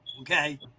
Okay